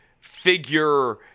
figure